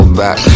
back